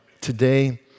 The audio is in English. today